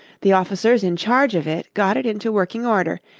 the officers in charge of it got it into working order,